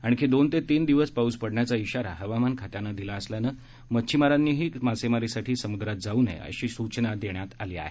आणखी दोन ते तीन दिवस पाऊस पडण्याचा श्रीारा हवामान खात्यानं दिला असल्यानं मच्छीमारांनीही मासेमारीसाठी समुद्रात जाऊ नये अशी सूचना करण्यात आली आहे